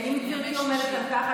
אם גברתי עומדת על כך,